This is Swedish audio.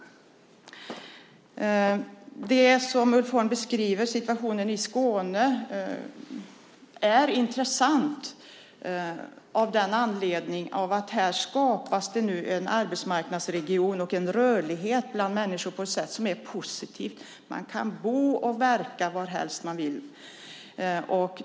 Ulf Holms beskrivning av situationen i Skåne är intressant eftersom där nu skapas en arbetsmarknadsregion och en rörlighet bland människor som är positiv. Man kan bo och verka varhelst man vill.